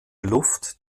luft